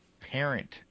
parent